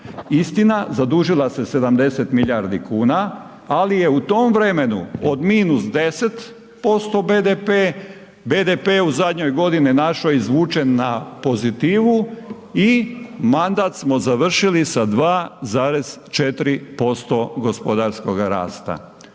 istina, zadužila se 70 milijardi kuna ali je u tom vremenu od -10% BDP, BDP u zadnjoj godini našoj izvučen na pozitivu i mandat smo završili sa 2,4% gospodarskog rasta.